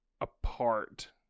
apart